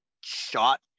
shot